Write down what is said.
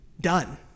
done